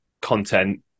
content